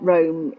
Rome